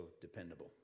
dependable